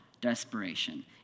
desperation